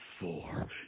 four